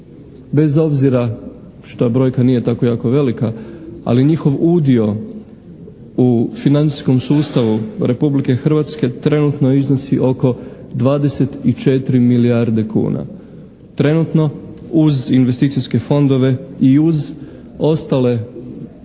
bez obzira što brojka nije tako jako velika, ali njihov udio u financijskom sustavu Republike Hrvatske trenutno iznosi oko 24 milijarde kuna. Trenutno uz investicijske fondove i uz ostale